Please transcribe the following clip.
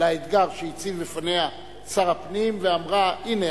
לאתגר שהציב בפניה שר הפנים ואמרה: הנה,